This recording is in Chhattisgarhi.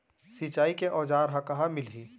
सिंचाई के औज़ार हा कहाँ मिलही?